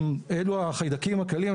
אילו החיידקים הקלים.